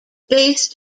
based